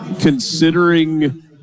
Considering